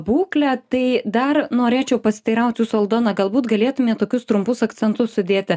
būklę tai dar norėčiau pasiteirautijūsų aldona galbūt galėtumėt tokius trumpus akcentus sudėti